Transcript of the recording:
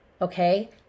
Okay